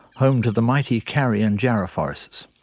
home to the mighty karri and jarrah forests.